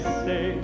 say